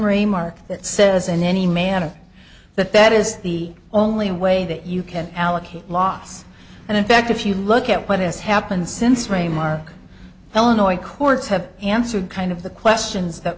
nothing in remark that says in any manner that that is the only way that you can allocate loss and in fact if you look at what has happened since re mark illinois courts have answered kind of the questions that